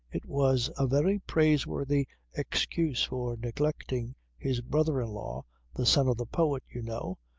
it was a very praiseworthy excuse for neglecting his brother-in-law the son of the poet, you know,